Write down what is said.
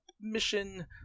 mission